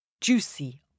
juicy